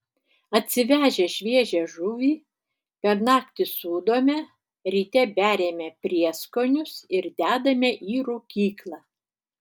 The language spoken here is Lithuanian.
atsivežę šviežią žuvį per naktį sūdome ryte beriame prieskonius ir dedame į rūkyklą